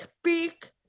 speak